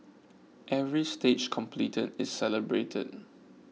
every stage completed is celebrated